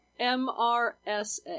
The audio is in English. MRSA